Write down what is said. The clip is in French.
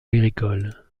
agricoles